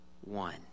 one